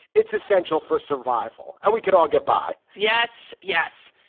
it's essential for survival. and we could all get by yes. yes.